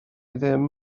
ddim